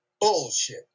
Bullshit